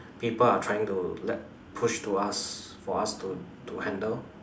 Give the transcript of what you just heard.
people are trying to let push to us for us to to handle